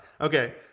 Okay